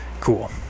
cool